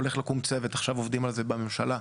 הולך לקום צוות, עכשיו עובדים את זה בממשלה,